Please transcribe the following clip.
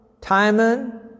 Timon